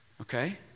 Okay